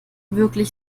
wirklich